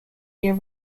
year